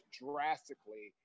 drastically